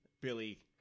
Billy